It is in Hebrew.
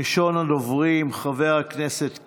ראשון הדוברים, חבר הכנסת קיש.